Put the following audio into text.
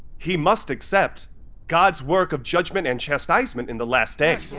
he must accept god's work of judgment and chastisement in the last days.